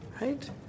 Right